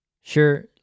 Sure